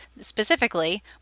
specifically